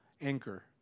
anchor